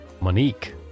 Monique